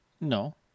No